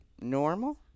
Normal